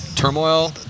Turmoil